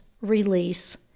release